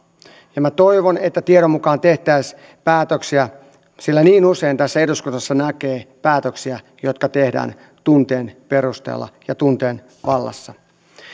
ja minä toivon että tiedon mukaan tehtäisiin päätöksiä sillä niin usein tässä eduskunnassa näkee päätöksiä jotka tehdään tunteen perusteella ja tunteen vallassa